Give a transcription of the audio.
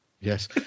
Yes